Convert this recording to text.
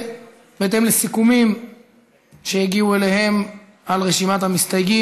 בהתאם לסיכומים שהגיעו אליהם על רשימת המסתייגים,